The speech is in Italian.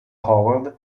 howard